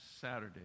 Saturday